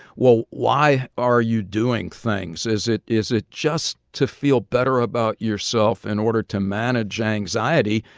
well, why are you doing things? is it is it just to feel better about yourself in order to manage anxiety?